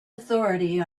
authority